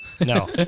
No